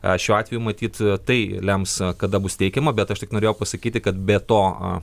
a šiuo atveju matyt tai lems kada bus teikiama bet aš tik norėjau pasakyti kad be to